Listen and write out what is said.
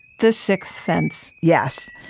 the sixth sense yes.